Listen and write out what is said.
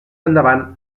endavant